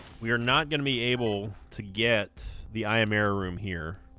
we are not gonna be able to get the i am err room here